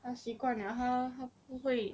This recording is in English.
她习惯 liao 她她不会